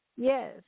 Yes